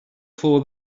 for